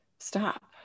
stop